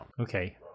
Okay